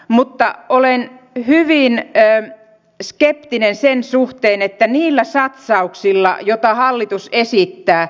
mutta olen hyvin skeptinen sen suhteen että ne saavutettaisiin niillä satsauksilla joita hallitus esittää